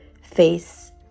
face